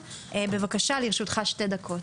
בבקשה, לרשותך שתי דקות.